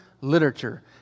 literature